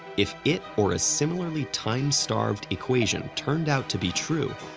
if it or a similarly time-starved equation turned out to be true,